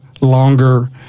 longer